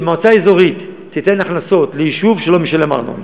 שמועצה אזורית תיתן הכנסות ליישוב שלא משלם ארנונה,